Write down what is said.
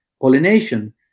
pollination